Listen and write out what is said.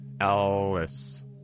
Alice